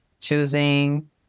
choosing